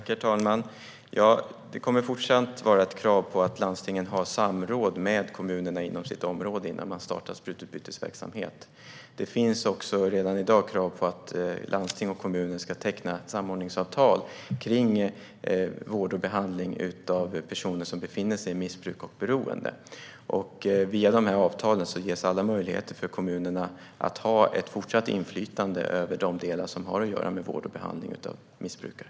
Herr talman! Det kommer även i fortsättningen att finnas ett krav på att landstingen samråder med kommunerna inom sina områden innan man startar sprututbytesverksamhet. Det finns redan i dag krav på att landsting och kommuner ska teckna samordningsavtal för vård och behandling av personer som befinner sig i missbruk och beroende. Via avtalen ges alla möjligheter för kommunerna att fortsätta att ha ett inflytande över de delar som har att göra med vård och behandling av missbrukare.